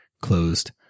closed